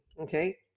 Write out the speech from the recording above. okay